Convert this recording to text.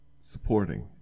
supporting